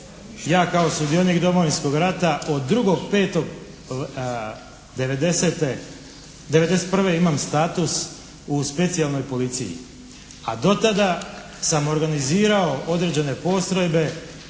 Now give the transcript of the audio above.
Ja kao sudionik Domovinskog rata od 2.5.1990., 1991. imam status u specijalnoj policiji a do tada sam organizirao određene postrojbe